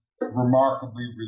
remarkably